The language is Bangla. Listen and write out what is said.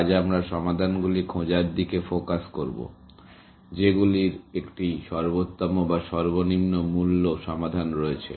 আজ আমরা সমাধানগুলি খোঁজার দিকে ফোকাস করবো যেগুলির একটি সর্বোত্তম বা সর্বনিম্ন মূল্য সমাধান রয়েছে